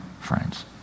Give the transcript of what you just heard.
friends